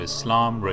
Islam